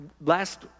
last